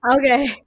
Okay